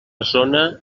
zona